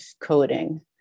coding